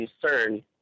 concern